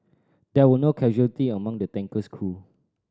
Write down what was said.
there were no casualty among the tanker's crew